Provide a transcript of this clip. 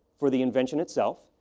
for the invention itself.